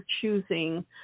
choosing